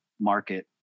market